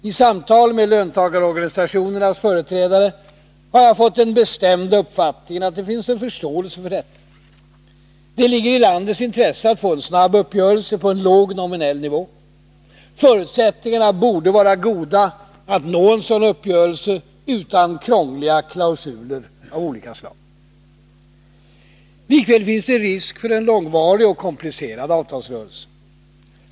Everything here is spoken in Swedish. I samtal med löntagarorganisationernas företrädare har jag fått den bestämda uppfattningen att det finns en förståelse för detta. Det ligger i landets intresse att få en snabb uppgörelse på en låg nominell nivå. Förutsättningarna borde vara goda att nå en sådan uppgörelse utan krångliga klausuler av olika slag. Likväl finns det; risk för en långvarig och komplicerad avtalsrörelse.